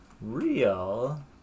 real